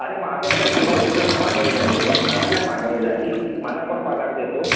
अरे महागाई काय तुला एकटीलाच महागाई झाली का मला नाही महागाई झाली मला कोण पगार देतो